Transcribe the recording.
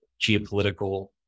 geopolitical